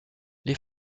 les